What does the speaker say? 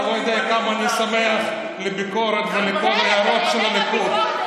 אתה לא יודע כמה אני שמח לביקורת ולכל ההערות של הליכוד.